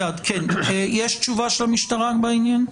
יש תשובה של המשטרה בעניין?